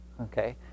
okay